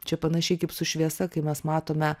čia panašiai kaip su šviesa kai mes matome